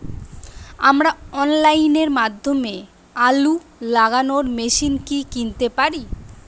আমরা অনলাইনের মাধ্যমে আলু লাগানো মেশিন কি কিনতে পারি?